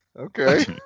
Okay